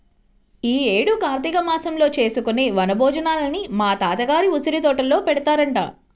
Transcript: యీ యేడు కార్తీక మాసంలో చేసుకునే వన భోజనాలని మా తాత గారి ఉసిరితోటలో పెడతారంట